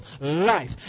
life